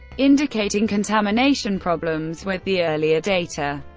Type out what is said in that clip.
indicating contamination problems with the earlier data.